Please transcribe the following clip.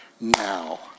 now